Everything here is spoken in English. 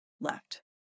left